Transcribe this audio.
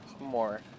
more